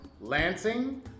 Lansing